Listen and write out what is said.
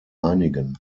einigen